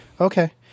Okay